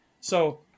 So-